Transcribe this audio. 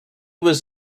was